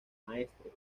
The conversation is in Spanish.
maestre